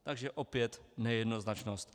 Takže opět nejednoznačnost.